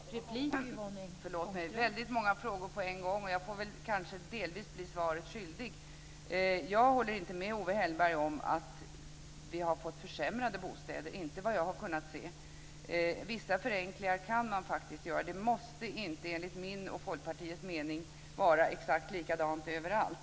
Fru talman! Det var väldigt många frågor på en gång. Jag får kanske delvis bli svaret skyldig. Jag håller inte med Owe Hellberg om att vi har fått försämrade bostäder. Det har vi inte fått vad jag har kunnat se. Vissa förenklingar kan man faktiskt göra. Det måste inte enligt min och Folkpartiets mening vara exakt likadant överallt.